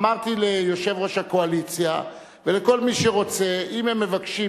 אמרתי ליושב-ראש הקואליציה ולכל מי שרוצה: אם הם מבקשים,